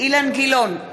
אילן גילאון,